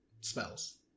spells